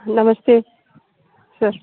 नमस्ते सर